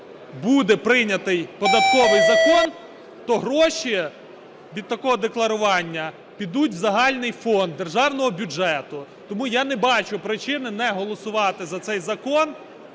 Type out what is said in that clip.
буде прийнятий податковий закон, то гроші від такого декларування підуть в загальний фонд державного бюджету. Тому я не бачу причини не голосувати за цей закон,